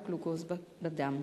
-החולים.